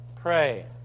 pray